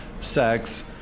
sex